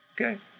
okay